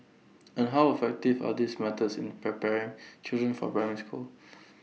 and how effective are these methods in preparing children for primary school